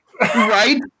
Right